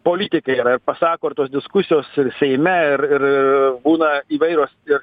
politikai yra ir pasako ir tos diskusijos ir seime ir ir būna įvairios ir